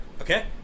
okay